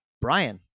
Brian